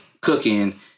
cooking